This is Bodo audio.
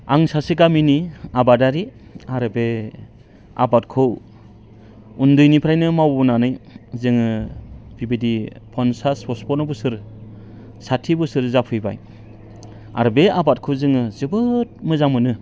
आं सासे गामिनि आबादारि आरो बे आबादखौ उन्दैनिफ्रायनो मावबोनानै जोङो बिबायदि पन्सास पसपन्न' बोसोर साथि बोसोर जाफैबाय आरो बे आबादखौ जोङो जोबोद मोजां मोनो